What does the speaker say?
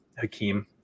Hakeem